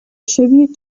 tribute